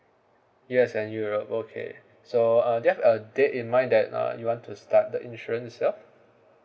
yes and you are okay so uh is that a date in mind that uh you want to start the insurance itself